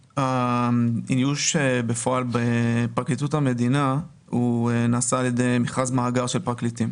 האיוש בפועל בפרקליטות המדינה נעשה על ידי מכרז מאגר של פרקליטים.